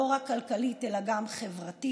לא רק כלכלית אלא גם חברתית.